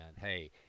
hey